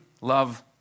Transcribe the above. love